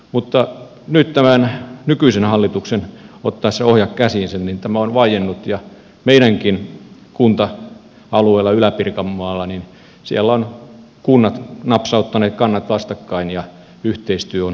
mutta nyt tämän nykyisen hallituksen otettua ohjat käsiinsä tämä on vaiennut ja meidänkin kunta alueella ylä pirkanmaalla kunnat ovat napsauttaneet kannat vastakkain ja yhteistyö on hyvinkin vaientunut